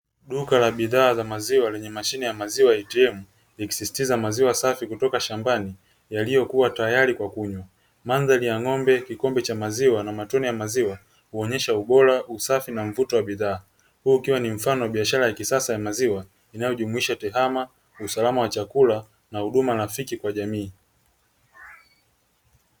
Duka la bidhaa za maziwa lenye mashine ya maziwa Atm, ikisisitiza maziwa safi kutoka shambani yaliyokuwa tayari kwa kunywa ,mandhari ya ng'ombe, kikombe cha maziwa na matunda ya maziwa huonyesha ubora usafi na mvuto wa bidhaa, huu ukiwa ni mfano wa biashara ya kisasa ya maziwa inayojumuisha tehama usalama wa chakula na huduma rafiki kwa jamii.